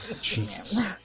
Jesus